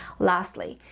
lastly,